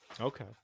Okay